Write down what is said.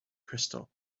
crystal